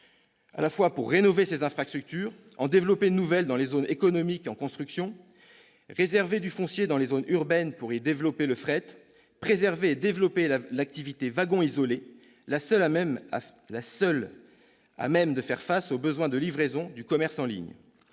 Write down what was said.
s'agit de rénover ses infrastructures, d'en développer de nouvelles dans les zones économiques en construction, de réserver du foncier dans les zones urbaines pour y développer le fret, de préserver et développer l'activité « wagon isolé », la seule à même de faire face aux besoins de livraison du commerce en ligne.